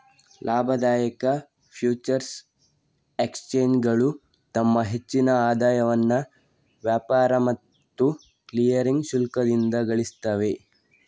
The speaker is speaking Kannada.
ಲಾಭದಾಯಕ ಫ್ಯೂಚರ್ಸ್ ಎಕ್ಸ್ಚೇಂಜುಗಳು ತಮ್ಮ ಹೆಚ್ಚಿನ ಆದಾಯವನ್ನ ವ್ಯಾಪಾರ ಮತ್ತು ಕ್ಲಿಯರಿಂಗ್ ಶುಲ್ಕದಿಂದ ಗಳಿಸ್ತವೆ